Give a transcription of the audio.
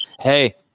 Hey